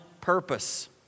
purpose